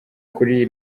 kuri